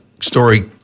story